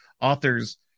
author's